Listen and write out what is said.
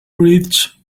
bridge